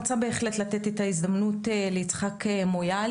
לתת את ההזדמנות ליצחק מויאל,